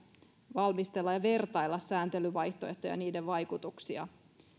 valmistella ja vertailla sääntelyvaihtoehtoja ja niiden vaikutuksia